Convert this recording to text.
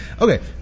Okay